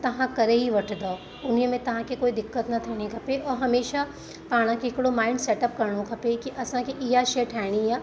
त तव्हां करे ई वठंदव उन्ही में तव्हांखे कोई दिक़त न थियणी खपे और हमेशा पाण खे हिकिड़ो माइंड सेटअप करिणो खपे की असांखे इहा शइ ठाहिणी आहे